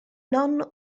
nonno